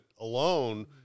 alone